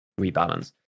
rebalance